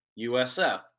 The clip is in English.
USF